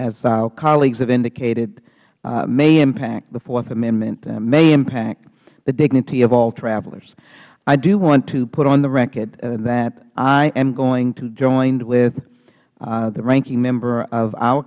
as our colleagues have indicated may impact the fourth amendment may impact the dignity of all travelers i do want to put on the record that i am going to join with the ranking member of our